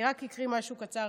אני רק אקריא משהו קצר,